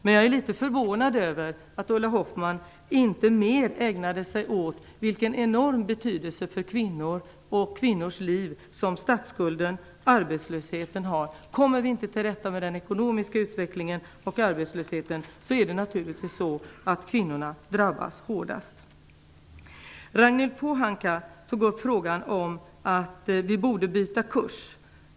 Men jag är litet förvånad över att Ulla Hoffmann inte mer ägnade sig åt vilken enorm betydelse för kvinnor och kvinnors liv som statsskulden och arbetslösheten har. Kommer vi inte till rätta med den ekonomiska utvecklingen och arbetslösheten är det naturligtvis kvinnorna som drabbas hårdast. Ragnhild Pohanka tog upp frågan om att vi borde byta kurs.